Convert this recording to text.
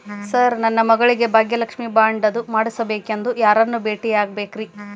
Sir ನನ್ನ ಮಗಳಿಗೆ Bhagyalakshmi bond ಅದು ಮಾಡಿಸಬೇಕೆಂದು ಯಾರನ್ನ ಭೇಟಿಯಾಗಬೇಕ್ರಿ?